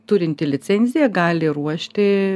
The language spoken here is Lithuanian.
turinti licenziją gali ruošti